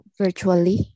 virtually